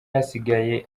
abasigaye